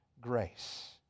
grace